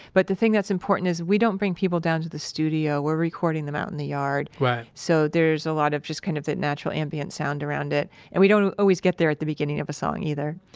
but the thing that's important is we don't bring people down to the studio. we're recording them out in the yard right so, there's a lot of just kind of the natural ambient sound around it and we don't don't always get there at the beginning of a song either.